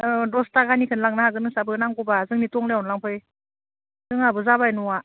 औ दस ताकानिखौ लांनो हागोन नोंसाबो नांगौबा जोंनि टंलायावनो लांफै जोंहाबो जाबाय न'आ